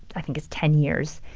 i think it's ten years,